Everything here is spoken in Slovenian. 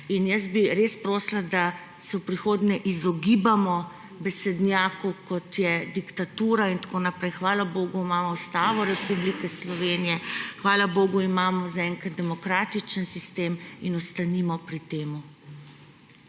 Jaz bi res prosila, da se v prihodnje izogibamo besednjaku, kot je diktatura in tako naprej. Hvala bogu, imamo Ustavo Republike Slovenije, hvala bogu, imamo zaenkrat demokratični sistem in ostanimo pri tem.